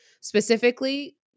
Specifically